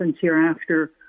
hereafter